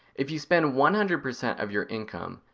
if you spend one hundred percent of your income,